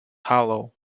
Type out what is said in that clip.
hollow